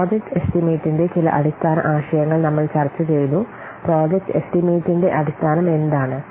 project എസ്റ്റിമേറ്റിന്റെ ചില അടിസ്ഥാന ആശയങ്ങൾ നമ്മൾ ചർച്ചചെയ്തു പ്രോജക്റ്റ് എസ്റ്റിമേറ്റിന്റെ അടിസ്ഥാനമെന്താണ്